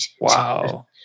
Wow